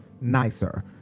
nicer